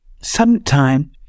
Sometime